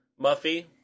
Muffy